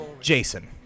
Jason